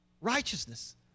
righteousness